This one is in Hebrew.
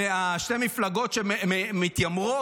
שתי המפלגות שמתיימרות,